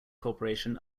corporation